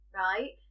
right